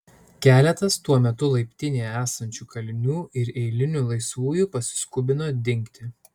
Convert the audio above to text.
keletas tuo metu laiptinėje esančių kalinių ir eilinių laisvųjų pasiskubino dingti